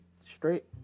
straight